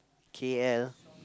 K_L